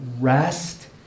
rest